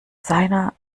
seiner